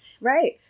Right